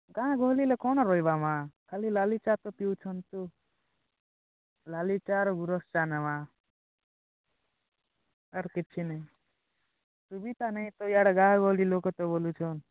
ଗାଁ ଗହଲିରେ କାଣ ମିଲିବ ମା' ଖାଲି ଲାଲି ଚାହା ତ ପିଉଛନ୍ ଲାଲି ଚାହାରୁ ଗୁରସ୍ ଚାହା ନା ମା' ଆର କିଛି ନାଇଁ ନାଇଁ ତ ଇଆଡ଼େ ଗାଁ ଗହଲି ଲୋକ ତ ବୁଲୁଛନ୍